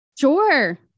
sure